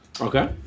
okay